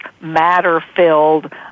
matter-filled